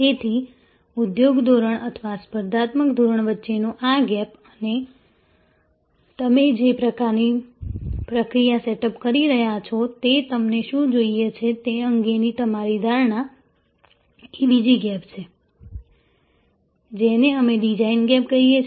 તેથી ઉદ્યોગ ધોરણ અથવા સ્પર્ધાત્મક ધોરણ વચ્ચેનો આ ગેપ અને તમે જે પ્રક્રિયા સેટઅપ કરી રહ્યા છો તે તમને શું જોઈએ છે તે અંગેની તમારી ધારણા એ બીજી ગેપ છે જેને અમે ડિઝાઇન ગેપ કહીએ છીએ